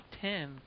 ten